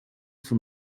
from